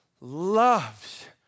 loves